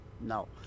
no